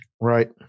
Right